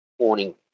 Morning